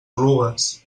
oluges